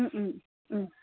ও ও ও